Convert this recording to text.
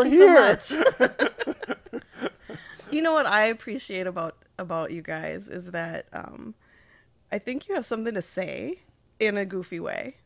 here you know what i appreciate about about you guys is that i think you have something to say in a goofy way